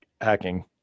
hacking